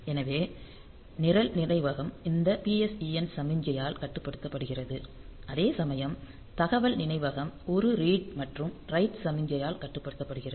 எனவே நிரல் நினைவகம் இந்த PSEN சமிக்ஞையால் கட்டுப்படுத்தப்படுகிறது அதேசமயம் தகவல் நினைவகம் ஒரு ரீட் மற்றும் ரைட் சமிக்ஞையால் கட்டுப்படுத்தப்படுகிறது